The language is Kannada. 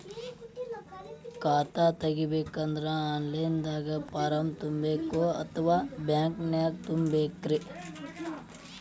ಖಾತಾ ತೆಗಿಬೇಕಂದ್ರ ಆನ್ ಲೈನ್ ದಾಗ ಫಾರಂ ತುಂಬೇಕೊ ಅಥವಾ ಬ್ಯಾಂಕನ್ಯಾಗ ತುಂಬ ಬೇಕ್ರಿ?